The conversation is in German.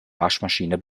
waschmaschine